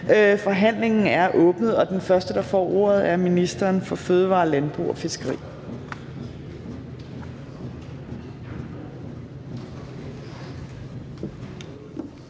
Forhandlingen er åbnet, og den første, der får ordet, er ministeren for fødevarer, landbrug og fiskeri.